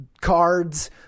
cards